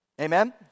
Amen